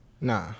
Nah